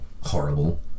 horrible